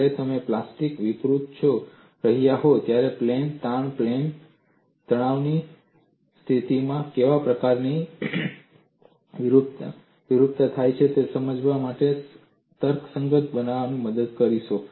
જ્યારે આપણે પ્લાસ્ટિકની વિરૂપતા જોઈ રહ્યા હોય ત્યારે પ્લેન તાણ અને પ્લેન તણાવની સ્થિતિમાં કેવા પ્રકારની વિરૂપતા થાય છે તે સમજણ તમને તર્કસંગત બનાવવામાં મદદ કરશે